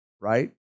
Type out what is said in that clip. right